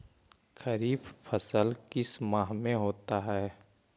खरिफ फसल किस माह में होता है?